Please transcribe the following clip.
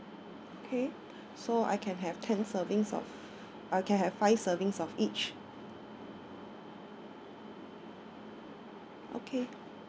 okay so I can have ten servings of I can have five servings of each okay